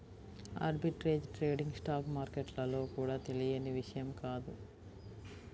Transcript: arbitrage trading stock మార్కెట్లలో కూడా తెలియని విషయం కాదు